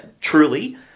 truly